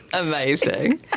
Amazing